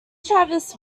travis